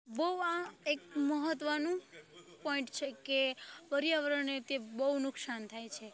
બહુ આ એક મહત્ત્વનું પોઈન્ટ છે કે પર્યાવરણને તે બહુ નુકસાન થાય છે